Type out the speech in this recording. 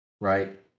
right